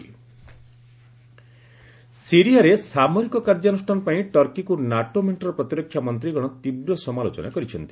NATO Turkey ସିରିଆରେ ସାମରିକ କାର୍ଯ୍ୟାନୁଷ୍ଠାନ ପାଇଁ ଟର୍କିକୁ ନାଟୋ ମେଣ୍ଟର ପ୍ରତିରକ୍ଷା ମନ୍ତ୍ରୀଗଣ ତୀବ୍ର ସମାଲୋଚନା କରିଛନ୍ତି